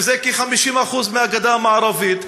שזה כ-50% מהגדה המערבית,